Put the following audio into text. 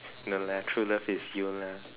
no lah true love is you lah